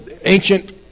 ancient